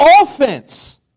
offense